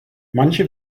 manche